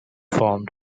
formed